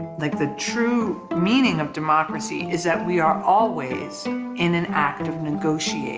like, the true meaning of democracy is that we are always in an act of negotiating